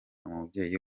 umubyeyi